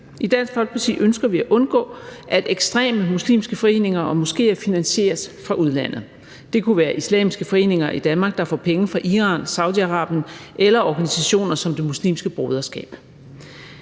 I Dansk Folkeparti ønsker vi at undgå, at ekstreme muslimske foreninger og moskéer finansieres fra udlandet. Det kunne være islamiske foreninger i Danmark, der får penge fra Iran, Saudi-Arabien eller organisationer som Det Muslimske Broderskab.